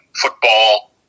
football